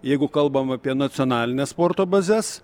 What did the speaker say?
jeigu kalbam apie nacionalines sporto bazes